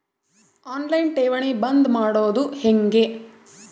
On line ಠೇವಣಿ ಬಂದ್ ಮಾಡೋದು ಹೆಂಗೆ?